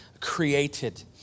created